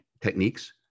techniques